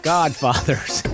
Godfathers